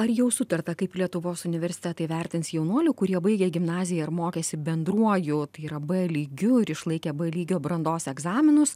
ar jau sutarta kaip lietuvos universitetai vertins jaunuolių kurie baigė gimnaziją ir mokėsi bendruoju tai yra b lygiu ir išlaikė b lygio brandos egzaminus